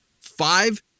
Five